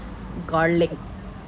garlic